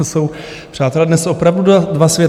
To jsou, přátelé, dnes opravdu dva světy.